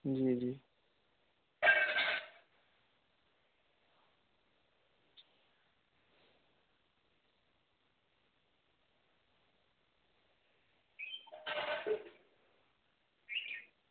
जी जी